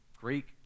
Greek